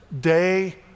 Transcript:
day